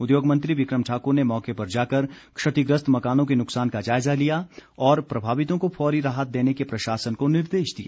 उद्योगमंत्री विक्रम ठाकुर ने मौके पर जाकर क्षतिग्रस्त मकानों के नुकसान का जायजा लिया और प्रभावितों को फौरी राहत देने के प्रशासन को निर्देश दिए